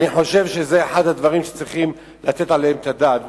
אני חושב שזה אחד הדברים שצריך לתת עליהם את הדעת.